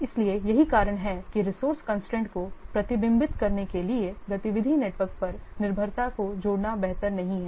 इसलिए यही कारण है कि रिसोर्से कंस्ट्रेंट को प्रतिबिंबित करने के लिए गतिविधि नेटवर्क पर निर्भरता को जोड़ना बेहतर नहीं है